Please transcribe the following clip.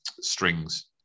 strings